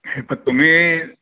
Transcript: हे प तुम्ही